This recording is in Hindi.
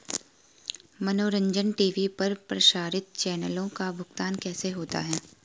मनोरंजन टी.वी पर प्रसारित चैनलों का भुगतान कैसे होता है?